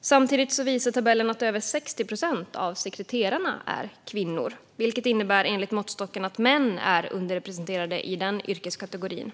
Samtidigt visar tabellen att över 60 procent av sekreterarna är kvinnor, vilket enligt måttstocken innebär att män är underrepresenterade i den yrkeskategorin.